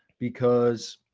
because